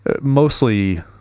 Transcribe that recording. mostly